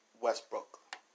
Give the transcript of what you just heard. Westbrook